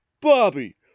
Bobby